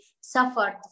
suffered